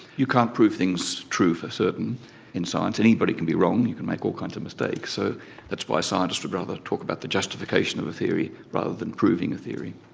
you can't prove things true for certain in science, anybody can be wrong you can make all kinds of mistakes. so that's why scientists would rather talk about the justification of a theory rather than proving a theory.